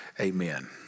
amen